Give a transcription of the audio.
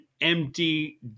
empty